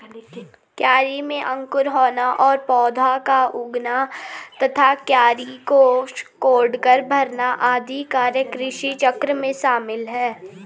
बीज में अंकुर होना और पौधा का उगना तथा क्यारी को कोड़कर भरना आदि कार्य कृषिचक्र में शामिल है